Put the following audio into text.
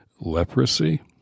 leprosy